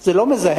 זה לא מזהם,